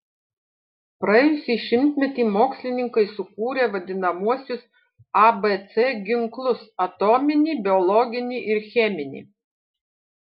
praėjusį šimtmetį mokslininkai sukūrė vadinamuosius abc ginklus atominį biologinį ir cheminį